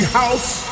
house